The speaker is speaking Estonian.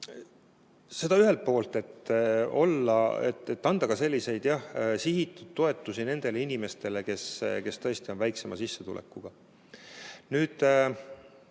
Seda ühelt poolt, et anda ka selliseid sihitud toetusi nendele inimestele, kes tõesti on väiksema sissetulekuga. Samas,